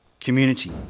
community